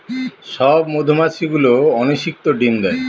সব মধুমাছি গুলো অনিষিক্ত ডিম দেয়